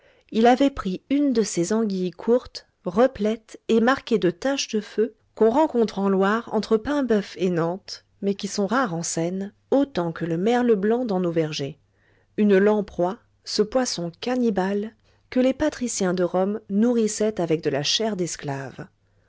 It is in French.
il avait pris une de ces anguilles courtes replètes et marquées de taches de feu qu'on rencontre en loire entre paimboeuf et nantes mais qui sont rares en seine autant que le merle blanc dans nos vergers une lamproie ce poisson cannibale que les patriciens de rome nourrissaient avec de la chair d'esclave